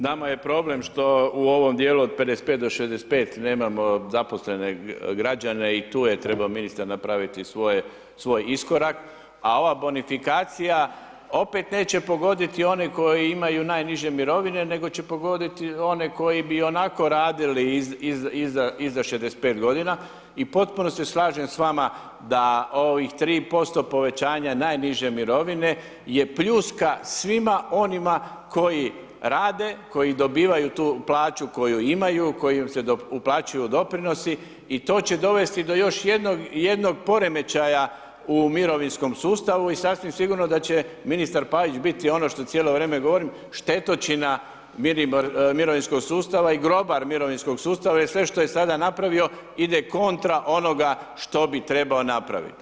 Nama je problem što u ovom djelu od 55 do 65 nemamo zaposlene građane i tu je trebao ministar napraviti svoj iskorak a ova bonifikacija opet neće pogoditi one koji imaju najniže mirovine nego će pogoditi oni koji bi ionako radili iza 65 g. i u potpunosti se slažem s vama da ovih 3% povećanja najniže mirovine je pljuska svima onima koji rade, koji dobivaju tu plaću koju imaju, u kojoj im se uplaćuju doprinosi i to će dovesti do još jednog poremećaja u mirovinskom sustavu i sasvim sigurno da će ministar Pavić biti ono što cijelo vrijeme govorim, štetočina mirovinskog sustava i grobar mirovinskog sustava i grobar mirovinskog sustava jer sve što je do sada napravio, ide kontra onoga što bi trebao napraviti.